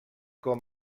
com